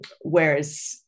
Whereas